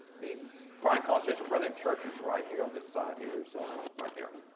the bryan college station brethren church is right here on this side here. so right there.